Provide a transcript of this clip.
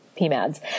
PMADS